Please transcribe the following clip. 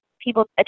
people